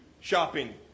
shopping